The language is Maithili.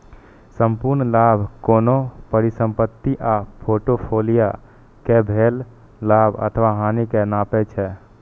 संपूर्ण लाभ कोनो परिसंपत्ति आ फोर्टफोलियो कें भेल लाभ अथवा हानि कें नापै छै